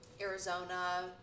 Arizona